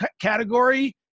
category